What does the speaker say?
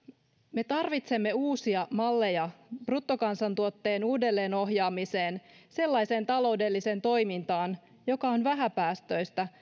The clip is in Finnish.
me tarvitsemme uusia malleja bruttokansantuotteen uudelleen ohjaamiseen sellaiseen taloudelliseen toimintaan joka on vähäpäästöistä